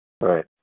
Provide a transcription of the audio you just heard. Right